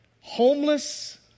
homeless